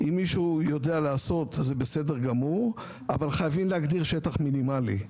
אם מישהו יודע לעשות זה בסדר גמור אבל חייבים להגדיר שטח מינימלי.